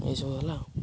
ଏଇସବୁ ହେଲା